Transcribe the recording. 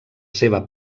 seva